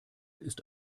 ist